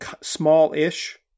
small-ish